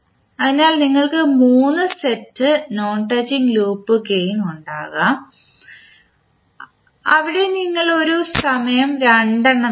അതിനാൽ നിങ്ങൾക്ക് മൂന്ന് set non touching loop gain ഉണ്ടാകും അവിടെ നിങ്ങൾ ഒരു സമയം രണ്ടെണ്ണം എടുക്കും